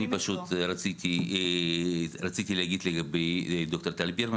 אני פשוט רציתי להגיד לגבי ד"ר טל ברגמן